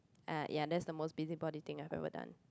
uh ya that's the most busybody thing I've ever done